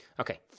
Okay